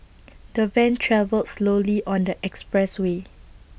the van travelled slowly on the expressway